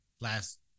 last